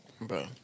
Bro